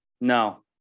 No